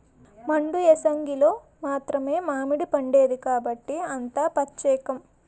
మండు ఏసంగిలో మాత్రమే మావిడిపండేది కాబట్టే అంత పచ్చేకం